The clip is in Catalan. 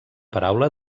paraula